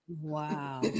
Wow